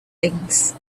things